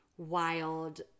wild